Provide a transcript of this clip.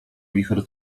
wicher